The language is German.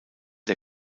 der